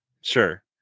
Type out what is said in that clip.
Sure